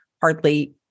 hardly